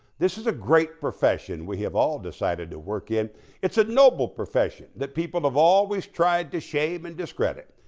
this is a great profession we have all decided to work in it's a noble profession that people of all tried to shave and discredit.